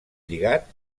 lligat